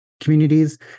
communities